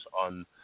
on